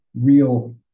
real